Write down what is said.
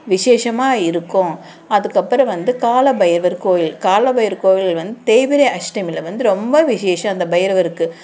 விசேஷமாக இருக்கும் அதுக்கு அப்புறம் வந்து கால பைரவர் கோவில் கால பைரவர் கோவில் வந்து தேய்பிறை அஷ்டமியில் வந்து ரொம்ப விசேஷம் அந்த பைரவருக்கு